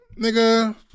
nigga